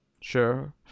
Sure